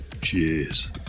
Cheers